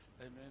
amen